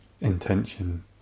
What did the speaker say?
intention